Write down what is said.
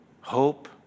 hope